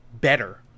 better